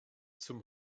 zum